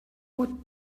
what